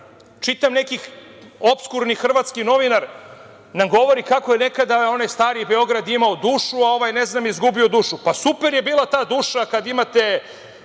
neki opskurni hrvatski novinar nam govori kako je nekada onaj stari Beograd imao dušu, a ovaj, ne znam, izgubio dušu. Super je bila ta duša, kad imate